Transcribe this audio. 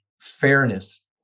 fairness